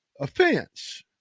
offense